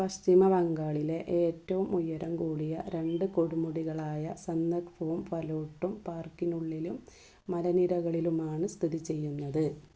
പശ്ചിമ ബംഗാളിലെ ഏറ്റവും ഉയരം കൂടിയ രണ്ട് കൊടുമുടികളായ സന്ദക്ഫുവും ഫലൂട്ടും പാർക്കിനുള്ളിലും മലനിരകളിലുമാണ് സ്ഥിതി ചെയ്യുന്നത്